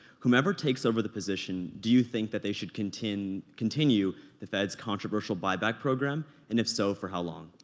whomever takes over the position, do you think that they should continue continue the fed's controversial buyback program? and if so, for how long?